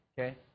Okay